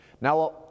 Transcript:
Now